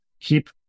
Keep